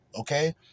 okay